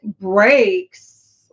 breaks